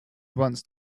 once